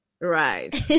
Right